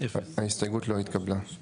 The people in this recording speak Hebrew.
0 ההסתייגות לא התקבלה.